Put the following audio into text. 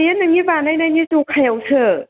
बेयो नोंनि बानायनायनि ज'खायावसो